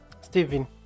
steven